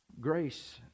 Grace